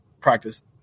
practice